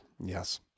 Yes